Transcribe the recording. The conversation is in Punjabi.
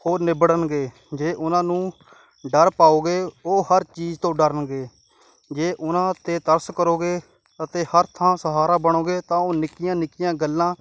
ਹੋ ਨਿਬੜਣਗੇ ਜੇ ਉਹਨਾਂ ਨੂੰ ਡਰ ਪਾਓਗੇ ਉਹ ਹਰ ਚੀਜ਼ ਤੋਂ ਡਰਨਗੇ ਜੇ ਉਹਨਾਂ 'ਤੇ ਤਰਸ ਕਰੋਗੇ ਅਤੇ ਹਰ ਥਾਂ ਸਹਾਰਾ ਬਣੋਗੇ ਤਾਂ ਉਹ ਨਿੱਕੀਆਂ ਨਿੱਕੀਆਂ ਗੱਲਾਂ